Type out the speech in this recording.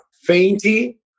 fainty